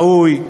ראוי.